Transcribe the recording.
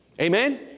Amen